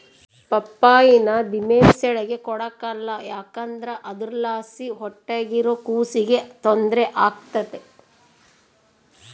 ಪಪ್ಪಾಯಿನ ದಿಮೆಂಸೇಳಿಗೆ ಕೊಡಕಲ್ಲ ಯಾಕಂದ್ರ ಅದುರ್ಲಾಸಿ ಹೊಟ್ಯಾಗಿರೋ ಕೂಸಿಗೆ ತೊಂದ್ರೆ ಆಗ್ತತೆ